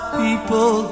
people